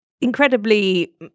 incredibly